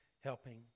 helping